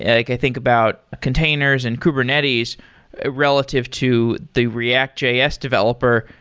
like i think about containers and kubernetes relative to the react js developer,